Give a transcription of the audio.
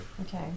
Okay